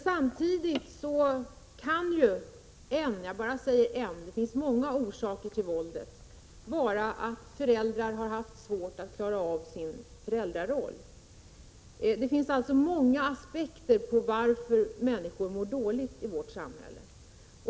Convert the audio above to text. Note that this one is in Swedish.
Samtidigt kan en orsak — jag säger bara en, det finns många orsaker till våldet — vara att föräldrar har svårt att klara sin föräldraroll. Det finns alltså många aspekter på varför människor mår dåligt i vårt samhälle.